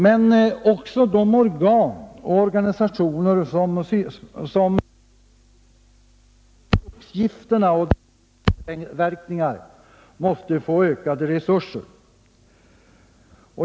Men också de organ och organisationer som sysslar med upplysning om bruksgifterna och deras skadeverkningar måste få ökade resurser.